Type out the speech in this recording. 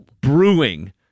brewing